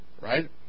Right